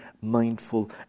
mindful